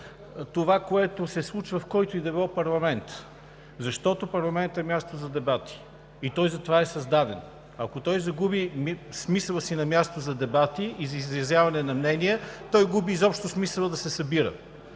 това, което се случва в който и да било парламент. Защото парламентът е място за дебати. И той за това е създаден. Ако той загуби смисъла си на място за дебати и за изразяване на мнения, той губи изобщо смисъла да се събира.